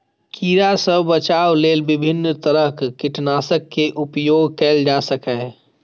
कीड़ा सं बचाव लेल विभिन्न तरहक कीटनाशक के उपयोग कैल जा सकैए